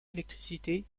électricité